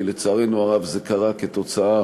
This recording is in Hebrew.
כי לצערנו הרב זה קרה כתוצאה